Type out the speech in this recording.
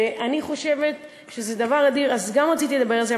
אני חושבת שזה דבר אדיר, אז גם רציתי לדבר על זה.